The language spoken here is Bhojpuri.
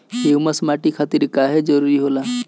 ह्यूमस माटी खातिर काहे जरूरी होला?